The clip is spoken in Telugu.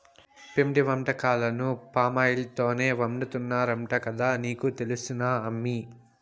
పిండి వంటకాలను పామాయిల్ తోనే వండుతున్నారంట కదా నీకు తెలుసునా అమ్మీ